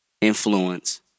influence